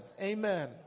Amen